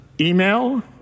email